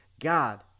God